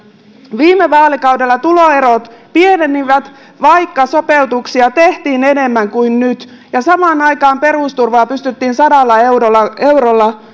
viime vaalikaudella tuloerot pienenivät vaikka sopeutuksia tehtiin enemmän kuin nyt ja samaan aikaan perusturvaa pystyttiin sadalla eurolla eurolla